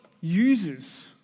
uses